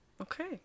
Okay